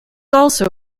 also